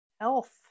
health